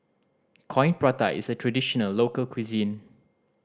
Coin Prata is a traditional local cuisine